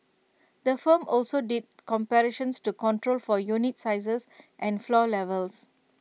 the firm also did comparisons to control for unit sizes and floor levels